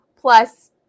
plus